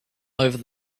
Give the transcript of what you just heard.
over